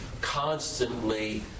constantly